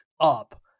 up